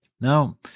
Now